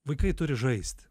vaikai turi žaisti